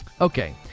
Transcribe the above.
Okay